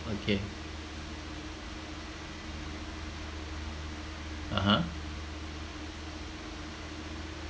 okay (uh huh)